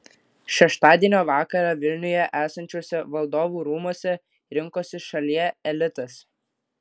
šeštadienio vakarą vilniuje esančiuose valdovų rūmuose rinkosi šalie elitas